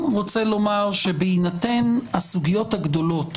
בהינתן הסוגיות הגדולות,